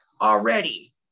already